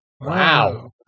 wow